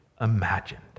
imagined